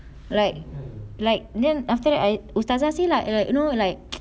like like then after that I ustazah say lah like like you know like